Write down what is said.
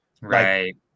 Right